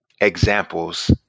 examples